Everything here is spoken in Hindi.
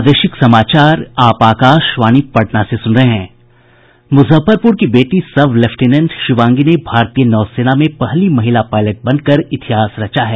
मुजफ्फरपुर की बेटी सब लेफ्टिनेंट शिवांगी ने भारतीय नौसेना में पहली महिला पायलट बनकर इतिहास रचा है